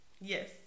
Yes